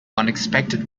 unexpected